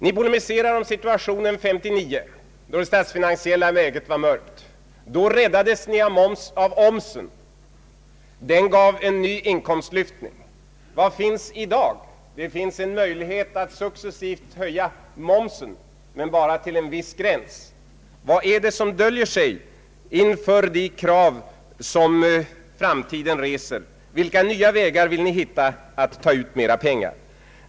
Ni polemiserar om situationen 1959, då det statsfinansiella läget var mörkt. Då räddades ni av omsen. Den gav en ny inkomstlyftning. Vad finns i dag? Ni har en möjlighet att successivt höja momsen, men bara till en viss gräns. Vad är det som döljer sig inför de krav som framtiden reser? Vilka nya vägar vill ni hitta att ta ut mera pengar?